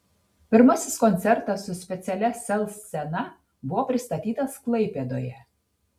pirmasis koncertas su specialia sel scena buvo pristatytas klaipėdoje